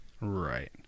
Right